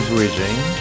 Bridging